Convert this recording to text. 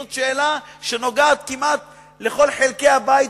זו שאלה שנוגעת כמעט לכל חלקי הבית,